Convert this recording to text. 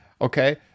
Okay